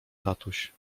tatuś